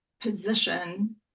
position